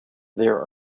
there